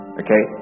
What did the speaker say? okay